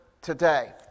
today